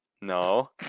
No